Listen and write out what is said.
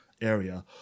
area